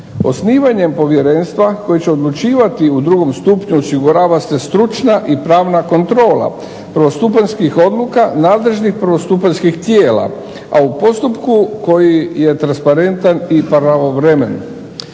Osnivanjem povjerenstva koje će odlučivati u drugom stupnju osigurava se stručna i pravna kontrola prvostupanjskih odluka, nadležnih prvostupanjskih tijela, a u postupku koji je transparentan i pravovremen.